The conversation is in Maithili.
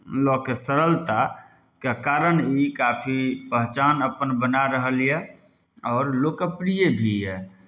लऽ कऽ सरलताके कारण ई काफी पहचान अपन बना रहल यए आओर लोकप्रिय भी यए